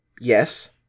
Yes